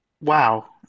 wow